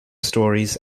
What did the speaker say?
stories